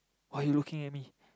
why you looking at me